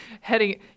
heading